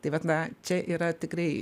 taip vat na čia yra tikrai